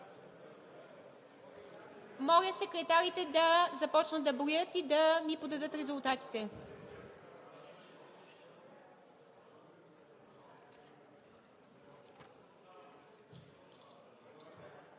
Моля секретарите да започнат да броят и да ми подадат резултатите.